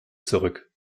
zurück